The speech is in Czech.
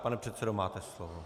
Pane předsedo, máte slovo.